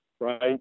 right